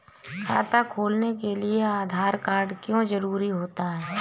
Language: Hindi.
खाता खोलने के लिए आधार कार्ड क्यो जरूरी होता है?